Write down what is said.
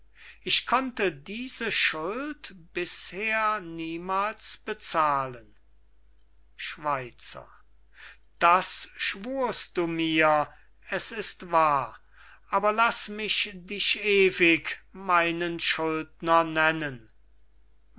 ich konnte diese schuld bisher niemals bezahlen schweizer das schwurst du mir es ist wahr aber laß mich dich ewig meinen schuldner nennen